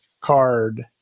card